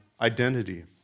identity